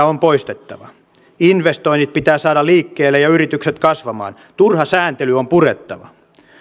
on poistettava investoinnit pitää saada liikkeelle ja yritykset kasvamaan turha sääntely on purettava